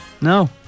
No